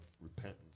repentance